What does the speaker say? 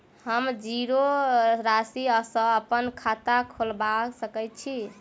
हम जीरो राशि सँ अप्पन खाता खोलबा सकै छी?